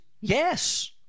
Yes